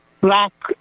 black